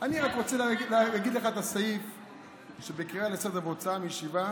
אני רק רוצה לקרוא לך את הסעיף של קריאה לסדר והוצאה מישיבה.